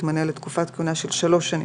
יתמנה לתקופת כהונה של שלוש שנים,